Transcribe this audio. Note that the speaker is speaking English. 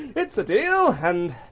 it's a deal. and,